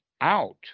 out